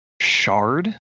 Shard